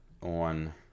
on